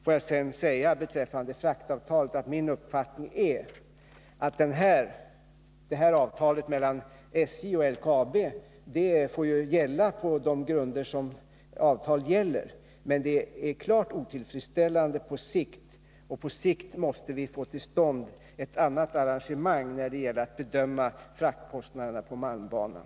Får jag sedan beträffande fraktavtalet säga, att min uppfattning är att detta avtal mellan SJ och LKAB får gälla på de grunder som ett avtal gäller. Men det är klart otillfredsställande på sikt, och vi måste då få till stånd ett annat arrangemang när det gäller att bedöma fraktkostnaderna på malmbanan.